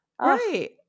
Right